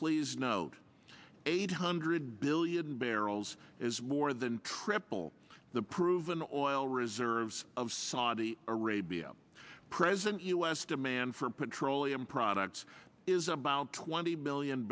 please note eight hundred billion barrels is more than triple the proven oil reserves of saudi arabia present us demand for petroleum products is about twenty million